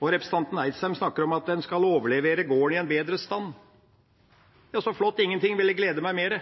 og representanten Eidsheim snakker om at en skal overlevere gården i bedre stand. Så flott, ingenting ville glede meg mer,